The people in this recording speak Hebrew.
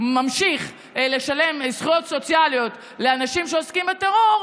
ממשיך לשלם זכויות סוציאליות לאנשים שעוסקים בטרור,